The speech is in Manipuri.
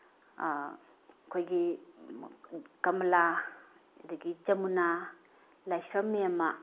ꯑꯩꯈꯣꯏꯒꯤ ꯀꯥꯃꯥꯂꯥ ꯑꯗꯒꯤ ꯖꯃꯨꯅꯥ ꯂꯥꯏꯁ꯭ꯔꯝ ꯃꯦꯝꯃꯥ